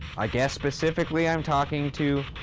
i guess specifically i'm talking to